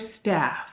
staff